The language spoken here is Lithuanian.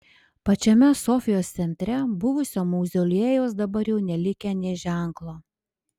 pačiame sofijos centre buvusio mauzoliejaus dabar jau nelikę nė ženklo